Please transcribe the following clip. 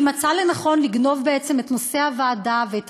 היא מצאה לנכון לגנוב בעצם את נושא הוועדה ואת